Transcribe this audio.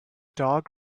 dog